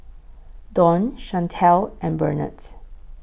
Don Shantell and Burnett